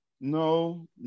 no